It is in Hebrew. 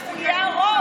שהוא יהיה הרוב.